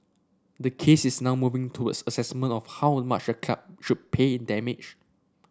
the case is now moving towards assessment of how much the club should pay in damage